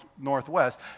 Northwest